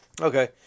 Okay